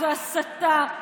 זו הסתה.